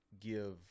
give